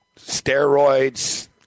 steroids